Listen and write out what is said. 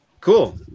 Cool